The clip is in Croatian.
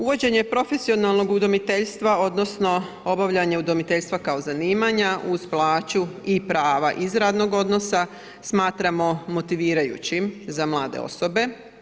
Uvođenje profesionalnog udomiteljstva odnosno obavljanje udomiteljstva kao zanimanja uz plaću i prava iz radnog odnosa smatramo motivirajućim za mlade osobe.